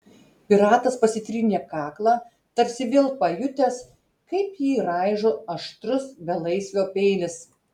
piratas pasitrynė kaklą tarsi vėl pajutęs kaip jį raižo aštrus belaisvio peilis